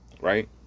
right